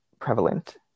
prevalent